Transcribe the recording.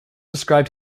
described